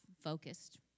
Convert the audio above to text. focused